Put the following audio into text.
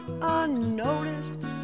unnoticed